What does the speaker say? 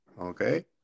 Okay